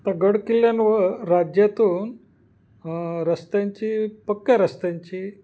आता गड किल्ल्यांवर राज्यातून रस्त्यांची पक्क्या रस्त्यांची